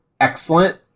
excellent